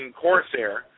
corsair